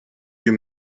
you